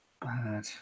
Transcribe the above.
bad